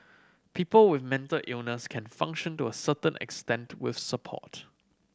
people with mental illness can function to a certain extent with support